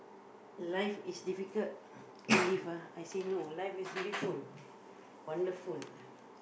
life is difficult to live ah I say no life is beautiful wonderful